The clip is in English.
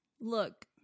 Look